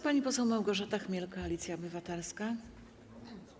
Pani poseł Małgorzata Chmiel, Koalicja Obywatelska.